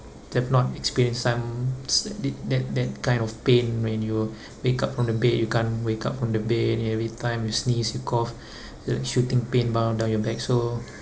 they've not experienced some did that that kind of pain when you wake up from the bed you can't wake up from the bed and every time you sneeze you cough the shooting pain bow down your back so